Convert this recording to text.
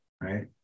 right